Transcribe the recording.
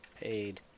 paid